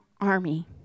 army